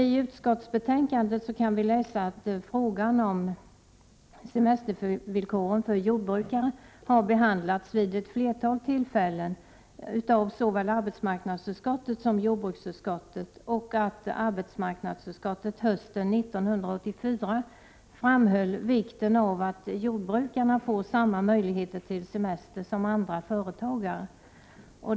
I utskottsbetänkandet kan vi läsa att frågan om semestervillkoren för jordbrukare har behandlats vid ett flertal tillfällen av såväl arbetsmarknadsutskottet som jordbruksutskottet och att arbetsmarknadsutskottet hösten 1984 framhöll vikten av att jordbrukarna får samma möjligheter till semester som andra företagare.